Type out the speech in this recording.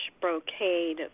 brocade